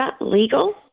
legal